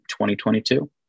2022